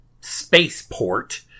spaceport